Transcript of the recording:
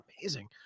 Amazing